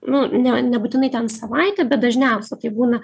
nu ne nebūtinai ten savaitę bet dažniausia tai būna